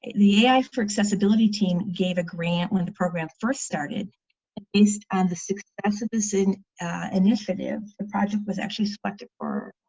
the ai for accessibility team gave a grant when the program first started based on the success of us in initiative the project was actually selected for